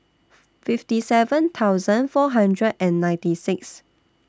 fifty seven thousand four hundred and ninety six